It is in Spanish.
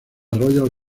royal